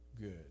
good